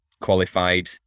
qualified